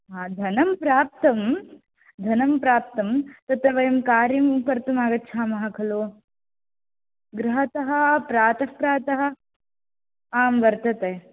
हा धनं प्राप्तं धनं प्राप्तं तत्र वयं कार्यं कर्तुमागच्छामः खलु गृहतः प्रातः प्रातः आं वर्तते